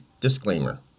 disclaimer